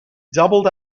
doubled